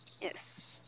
Yes